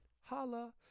Holla